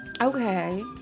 Okay